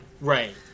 Right